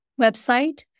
website